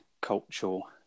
cultural